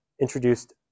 introduced